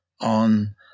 on